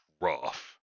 rough